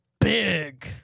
big